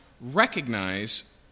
recognize